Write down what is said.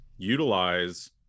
utilize